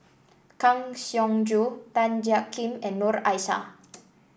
Kang Siong Joo Tan Jiak Kim and Noor Aishah